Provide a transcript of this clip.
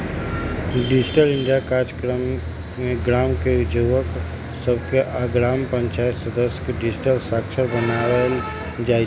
digital India काजक्रम में गाम के जुवक सभके आऽ ग्राम पञ्चाइत सदस्य के डिजिटल साक्षर बनाएल जाइ छइ